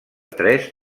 tres